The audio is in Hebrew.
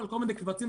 עצמאים